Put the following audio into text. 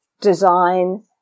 design